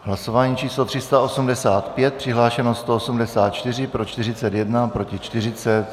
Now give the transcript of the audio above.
Hlasování číslo 385, přihlášeno 184, pro 41, proti 40.